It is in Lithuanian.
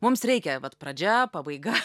mums reikia vat pradžia pabaiga